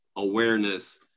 awareness